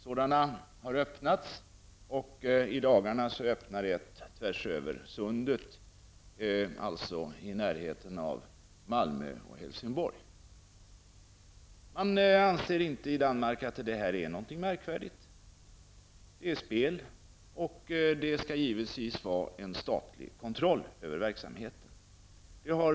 Sådana har öppnats, och i dagarna öppnar ett tvärs över sundet, dvs. i närheten av Malmö och Helsingborg. I Danmark anser man inte att det är något märkvärdigt. Det är spel, och det skall givetvis finnas en statlig kontroll över verksamheten.